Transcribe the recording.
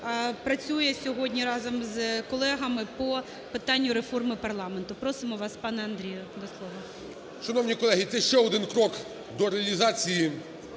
працює сьогодні разом з колегами по питанню реформи парламенту. Просимо вас, пане Андріє, до слова. 10:49:40 ПАРУБІЙ А.В. Шановні колеги, це ще один крок до реалізації